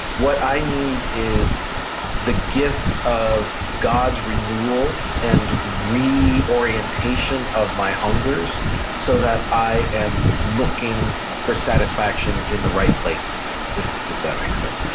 what i need is the gift of god's renewal and reorientation of my hungers so that i am looking for satisfaction in the right places if if that makes sense.